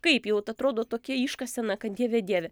taip jau ta atrodo tokia iškasena kad dieve dieve